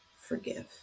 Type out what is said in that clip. forgive